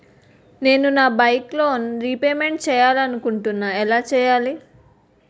నేను నా bike loan repayment చేయాలనుకుంటున్నా ఎలా చేయాలి?